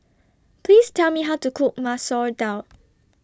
Please Tell Me How to Cook Masoor Dal